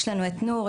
יש לנו את נור,